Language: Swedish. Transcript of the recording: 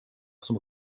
som